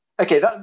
Okay